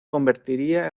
convertiría